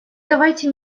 давайте